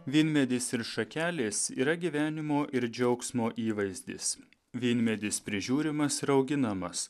vynmedis ir šakelės yra gyvenimo ir džiaugsmo įvaizdis vynmedis prižiūrimas ir auginamas